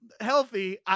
healthy